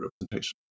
representation